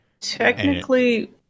Technically